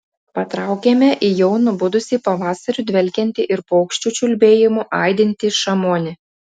patraukėme į jau nubudusį pavasariu dvelkiantį ir paukščių čiulbėjimu aidintį šamoni